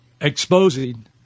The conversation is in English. exposing